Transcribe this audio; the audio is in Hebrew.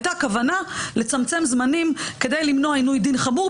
הייתה כוונה לצמצם זמנים כדי למנוע עינוי דין חמור,